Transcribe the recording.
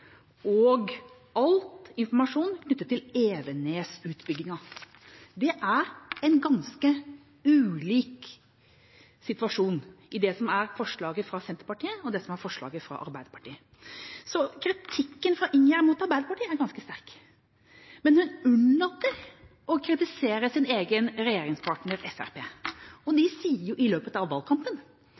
og all informasjonen knyttet til Evenes-utbyggingen. Det er en ganske ulik situasjon i det som er forslaget fra Senterpartiet, og det som er forslaget fra Arbeiderpartiet. Så kritikken fra Ingjerd Schau mot Arbeiderpartiet er ganske sterk. Men hun unnlater å kritisere sin egen regjeringspartner Fremskrittspartiet. De sa, i løpet av valgkampen,